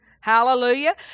Hallelujah